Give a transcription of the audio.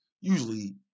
usually